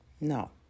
No